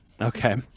Okay